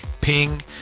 Ping